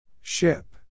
Ship